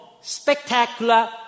spectacular